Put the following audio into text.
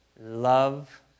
love